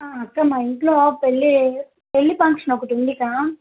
అక్క మా ఇంట్లో పెళ్ళి పెళ్ళి ఫంక్షన్ ఒకటి ఉందిక్క